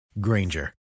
Granger